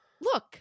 look